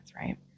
right